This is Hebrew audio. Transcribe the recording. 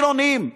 חילונים.